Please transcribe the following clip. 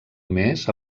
més